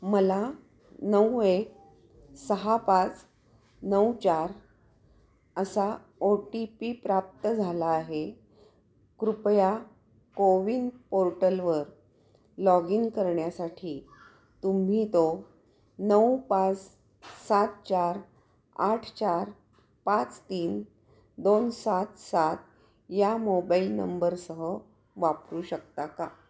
मला नऊ एक सहा पाच नऊ चार असा ओ टी पी प्राप्त झाला आहे कृपया को विन पोर्टलवर लॉग इन करण्यासाठी तुम्ही तो नऊ पाच सात चार आठ चार पाच तीन दोन सात सात या मोबाईल नंबरसह वापरू शकता का